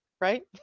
right